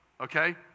okay